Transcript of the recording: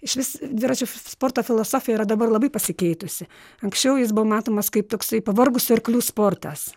išvis dviračių sporto filosofija yra dabar labai pasikeitusi anksčiau jis buvo matomas kaip toksai pavargusių arklių sportas